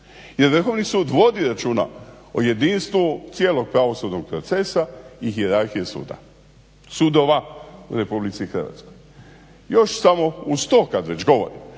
jer Vrhovni sud vodi računa o jedinstvu cijelog pravosudnog procesa i hijerarhije sudova u RH. Još samo uz to kada već govorim